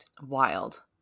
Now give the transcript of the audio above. Wild